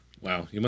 Wow